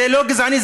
זה לא גזעני,